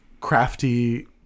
crafty